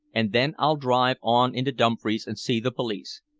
and then i'll drive on into dumfries and see the police.